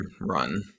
run